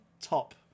top